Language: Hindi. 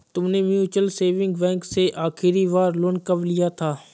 तुमने म्यूचुअल सेविंग बैंक से आखरी बार लोन कब लिया था?